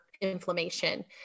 inflammation